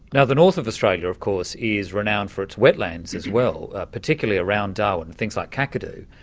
now the north of australia, of course, is renowned for its wetlands as well. particularly around darwin, and things like kakadu.